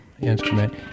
instrument